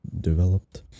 developed